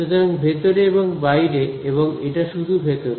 সুতরাং ভেতরে এবং বাইরে এবং এটা শুধু ভেতরে